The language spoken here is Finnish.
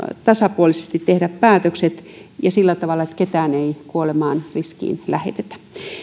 tasapuolisesti tehdä päätökset sillä tavalla että ketään ei kuoleman riskiin lähetetä